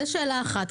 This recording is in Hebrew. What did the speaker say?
זו שאלה אחת.